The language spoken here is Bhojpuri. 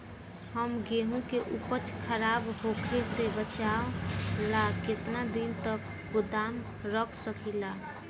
हम गेहूं के उपज खराब होखे से बचाव ला केतना दिन तक गोदाम रख सकी ला?